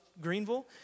Greenville